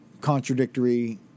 contradictory